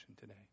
today